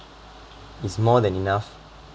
is more than enough